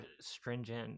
stringent